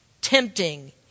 tempting